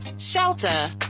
Shelter